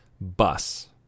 Bus